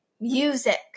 Music